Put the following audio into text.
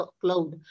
cloud